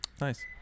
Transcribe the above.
nice